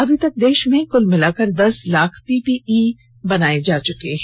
अभी तक देश में कुल मिलाकर दस लाख पी पी ई बनाये जा चुके हैं